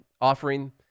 offering